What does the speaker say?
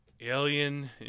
Alien